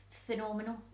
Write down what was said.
Phenomenal